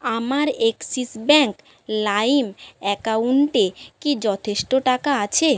আমার Axis bank লাইম অ্যাকাউন্টে কি যথেষ্ট টাকা আছে